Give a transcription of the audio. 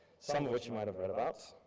some of which you might have read about.